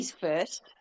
first